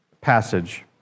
passage